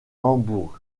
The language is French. hambourg